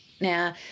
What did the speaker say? Now